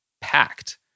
packed